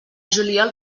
juliol